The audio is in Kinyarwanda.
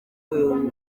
uyu